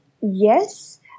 yes